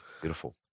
Beautiful